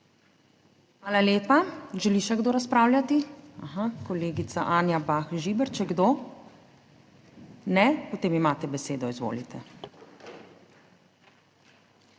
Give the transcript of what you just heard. Hvala lepa. Želi še kdo razpravljati? Aha, kolegica Anja Bah Žibert. Še kdo? Ne. Potem imate besedo, izvolite.